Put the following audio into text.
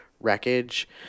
wreckage